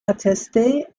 attesté